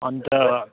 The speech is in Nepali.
अनि त